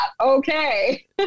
okay